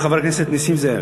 חבר הכנסת נסים זאב,